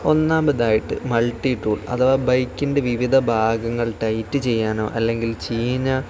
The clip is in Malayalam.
ഒന്നാമതായിട്ട് മൾട്ടി ടൂൾ അഥവാ ബൈക്കിൻ്റെ വിവിധ ഭാഗങ്ങൾ ടൈറ്റ് ചെയ്യാനോ അല്ലെങ്കിൽ ചീന